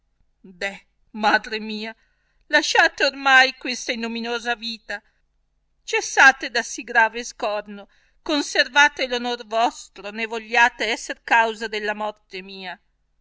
madre mia lasciate ormai questa ignominiosa vita cessate da si grave scorno conservate onor vostro né vogliate esser causa della moi te mia